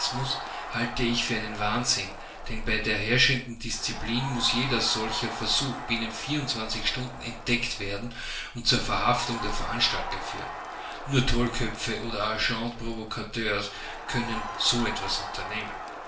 halte ich für einen wahnsinn denn bei der herrschenden disziplin muß jeder solcher versuch binnen vierundzwanzig stunden entdeckt werden und zur verhaftung der veranstalter führen nur tollköpfe oder agents provocateurs können so etwas unternehmen